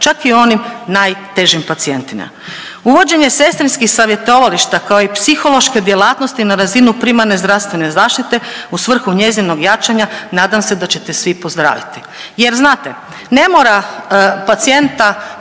čak i o onim najtežim pacijentima. Uvođenjem sestrinskih savjetovališta, kao i psihološke djelatnosti na razinu primarne zdravstvene zaštite u svrhu njezinog jačanja, nadam se da ćete svi pozdraviti. Jer znate, ne mora pacijenta